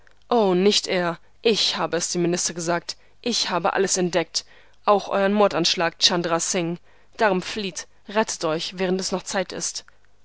nicht er ich habe es dem minister gesagt ich habe alles entdeckt auch euren mordanschlag chandra singh darum flieht rettet euch während es noch zeit ist